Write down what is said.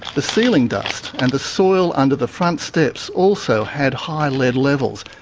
the ceiling dust and the soil under the front steps also had high lead levels,